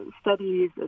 studies